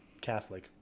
Catholic